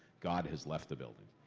god has left the building.